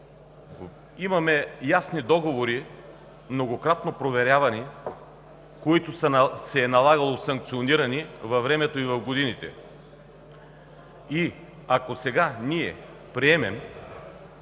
Имаме ясни договори, многократно проверявани, по които се е налагало санкциониране във времето и в годините. Ако сега ние приемем